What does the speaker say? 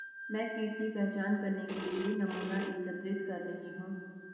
मैं कीट की पहचान करने के लिए नमूना एकत्रित कर रही हूँ